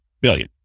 billion